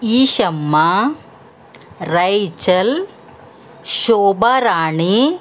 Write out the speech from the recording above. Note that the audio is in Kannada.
ಈಶಮ್ಮ ರೈಚಲ್ ಶೋಭಾ ರಾಣಿ